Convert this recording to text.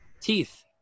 Teeth